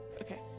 Okay